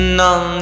non